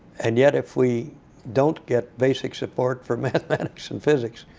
and yet if we don't get basic support for mathematics and physics,